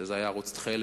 שזה היה ערוץ "התכלת",